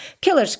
killers